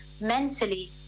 mentally